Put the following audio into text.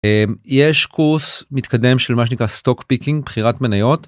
יש קורס מתקדם של מה שנקרא סטוק פיקינג בחירת מניות.